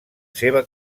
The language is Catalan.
seva